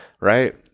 right